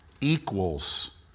equals